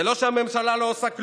זה לא שהממשלה לא עושה כלום,